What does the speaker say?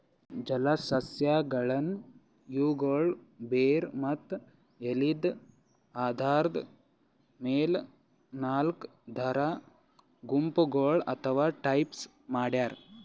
ಜಲಸಸ್ಯಗಳನ್ನ್ ಅವುಗಳ್ ಬೇರ್ ಮತ್ತ್ ಎಲಿದ್ ಆಧಾರದ್ ಮೆಲ್ ನಾಲ್ಕ್ ಥರಾ ಗುಂಪಗೋಳ್ ಅಥವಾ ಟೈಪ್ಸ್ ಮಾಡ್ಯಾರ